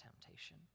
temptation